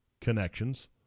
connections